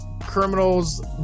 criminals